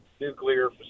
nuclear